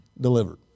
Delivered